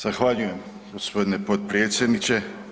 Zahvaljujem gospodine potpredsjedniče.